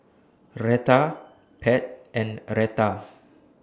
Rheta Pat and Retta